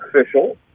official